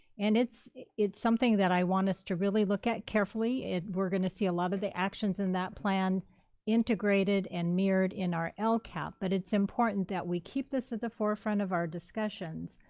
and it's it's something that i want us to really look at carefully. we're gonna see a lot of the actions in that plan integrated and mirrored in our our lcap, but it's important that we keep this at the forefront of our discussions.